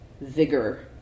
vigor